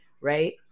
right